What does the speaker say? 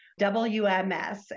WMS